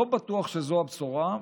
לא בטוח שזו הבשורה,